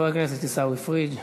חבר הכנסת עיסאווי פריג',